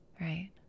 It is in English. Right